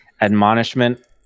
admonishment